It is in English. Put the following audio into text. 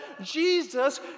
Jesus